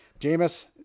Jameis